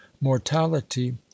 mortality